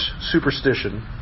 superstition